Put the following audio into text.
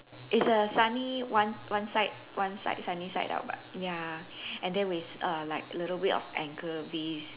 it's a sunny one one side one side sunny side up but ya and then with a little bit of anchovies